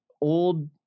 old